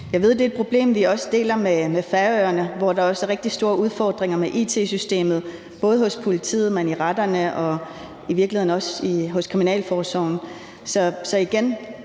Jeg ved, at det er et problem, vi også deler med Færøerne, hvor der også er rigtig store udfordringer med it-systemet, både hos politiet, men også i retterne og i virkeligheden også hos kriminalforsorgen.